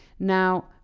Now